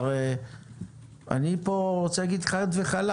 הרי אני פה רוצה להגיד חד וחלק